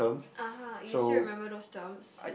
(uh huh) you still remember those terms